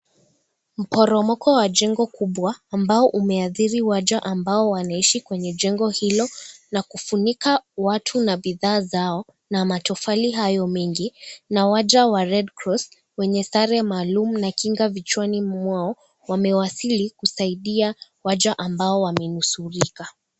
Mporomoko wa jengo kubwa ambao umeathiri waja ambao wanaishi kwenye jengi hilo na kufunika watu na bidhaa zao na matofali hayo mengi, na waja wa Red Cross wenye sare maalum na kinga vichwani mwao wamewasili kusaidia waja ambao wamenusurika.